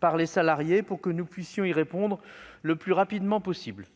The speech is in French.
par les salariés, pour que nous puissions y répondre le plus rapidement possible.